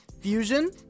Fusion